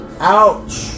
Ouch